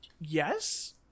Yes